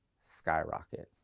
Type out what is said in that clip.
skyrocket